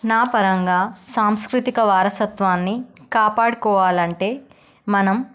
నా పరంగా సాంస్కృతిక వారసత్వాన్ని కాపాడుకోవాలి అంటే మనం